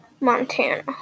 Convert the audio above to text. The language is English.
Montana